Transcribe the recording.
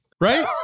right